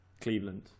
Cleveland